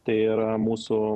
tai yra mūsų